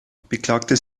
beklagte